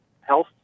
health